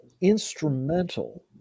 instrumental